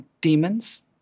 demons